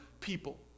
people